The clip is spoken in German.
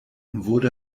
wurde